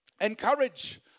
encourage